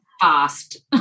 Fast